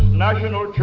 national